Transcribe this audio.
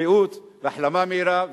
בריאות והחלמה מהירה,